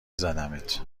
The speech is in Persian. زدمت